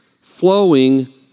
flowing